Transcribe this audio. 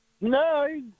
No